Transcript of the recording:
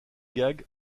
gags